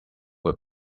were